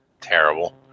Terrible